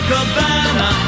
Cabana